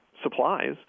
supplies